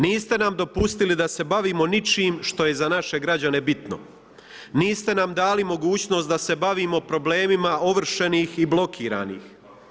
Niste nam dopustili da se bavimo ničim što je za nađe građane bitno, niste nam dali mogućnost da se bavimo problemima ovršenih i blokiranih.